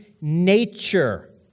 nature